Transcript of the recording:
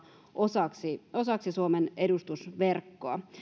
osaksi osaksi suomen edustusverkkoa